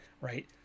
right